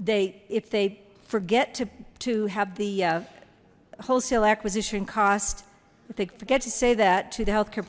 they if they forget to have the wholesale acquisition cost they forget to say that to the healthcare